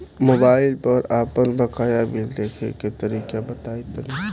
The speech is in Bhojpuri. मोबाइल पर आपन बाकाया बिल देखे के तरीका बताईं तनि?